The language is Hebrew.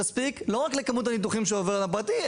תספיק לא רק לכמות הניתוחים שעובר מהפרטי,